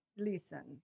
listen